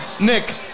Nick